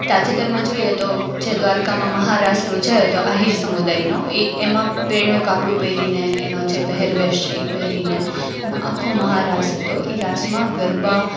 તાજેતરમાં જોઈએ તો જે દ્વારકામાં મહારાસ યોજાયો તો આહીર સમુદાયનો એ એમાં પહેરણું કાપડું પહેરીને એનો જે પહેરવેશ છે એ પહેરીને એનો આખો મહારાસ હતો એ રાસમાં ગરબા